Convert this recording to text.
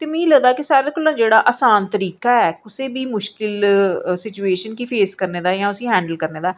ते मिगी लगदा सारें कोला जेह्ड़ा आसान तरीका ऐ कुसै बी मुश्किल सिचुएश्न् गी फेस करने दा जां उसी हैंडल करने दा